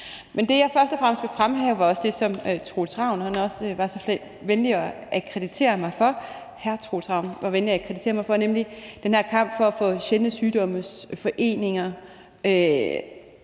Men det, jeg først og fremmest vil fremhæve, er det, som hr. Troels Ravn også var så venlig at kreditere mig for, nemlig den her kamp for at få sjældne sygdommes foreninger